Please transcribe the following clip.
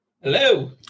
Hello